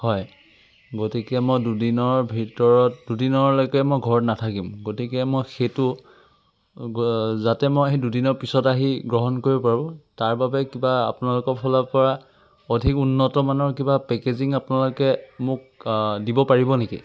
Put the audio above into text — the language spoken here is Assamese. হয় গতিকে মই দুদিনৰ ভিতৰত দুদিনলৈকে মই ঘৰত নাথাকিম গতিকে মই সেইটো অ যাতে মই সেই দুদিনৰ পিছত আহি গ্ৰহণ কৰিব পাৰোঁ তাৰ বাবে কিবা আপোনালোকৰ ফালৰ পৰা অধিক উন্নত মানৰ কিবা পেকেজিং আপোনালোকে মোক আ দিব পাৰিব নেকি